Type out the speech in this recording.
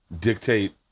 dictate